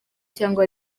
cyangwa